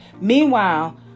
Meanwhile